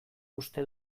uste